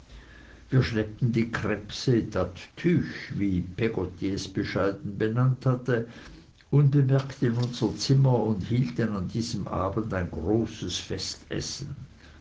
wir schleppten die krebse dat tüch wie peggotty es bescheiden benannt hatte unbemerkt in unser zimmer und hielten an diesem abend ein großes festessen